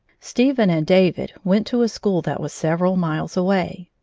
stephen and david went to a school that was several miles away.